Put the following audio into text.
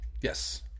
yes